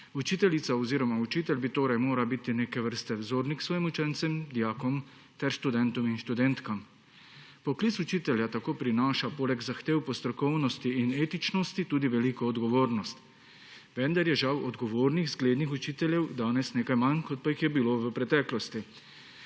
Učiteljica oziroma učitelj mora torej biti neke vrste vzornik svojim učencem, dijakom ter študentom in študentkam. Poklic učitelja tako prinaša poleg zahtev po strokovnosti in etičnosti tudi veliko odgovornost, vendar je žal odgovornih, zglednih učiteljev danes nekaj manj, kot pa jih je bilo v preteklosti.